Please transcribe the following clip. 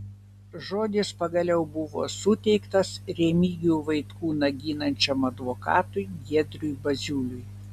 žodis pagaliau buvo suteiktas remigijų vaitkūną ginančiam advokatui giedriui baziuliui